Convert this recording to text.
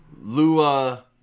Lua